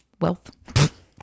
wealth